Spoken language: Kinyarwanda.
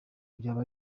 byaba